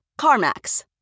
CarMax